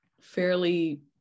fairly